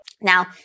Now